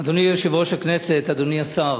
אדוני יושב-ראש הכנסת, אדוני השר,